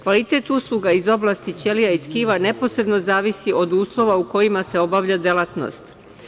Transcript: Kvalitet usluga iz oblasti ćelija i tkiva neposredno zavisi od uslova u kojima se obavlja delatnost.